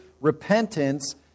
repentance